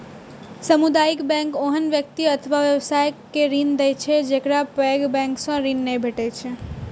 सामुदायिक बैंक ओहन व्यक्ति अथवा व्यवसाय के ऋण दै छै, जेकरा पैघ बैंक सं ऋण नै भेटै छै